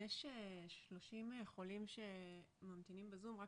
תור או אפשרות לקבל חולה מסוים כאשר באמת,